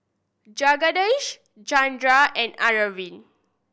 Jagadish Chanda and Arvind